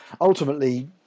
ultimately